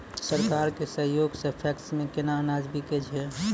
सरकार के सहयोग सऽ पैक्स मे केना अनाज बिकै छै?